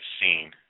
seen